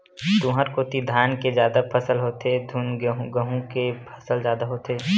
तुँहर कोती धान के जादा फसल होथे धुन गहूँ के फसल जादा होथे?